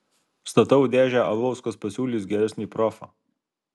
statau dėžę alaus kas pasiūlys geresnį profą